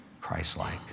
Christ-like